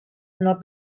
not